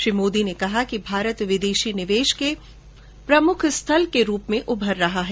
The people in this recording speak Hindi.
प्रधानमंत्री ने कहा है कि भारत विदेशी निवेश के प्रमुख स्थल के रूप में उभर रहा है